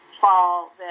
fall